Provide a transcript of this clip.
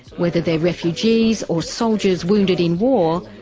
whether they're refugees or soldiers wounded in war,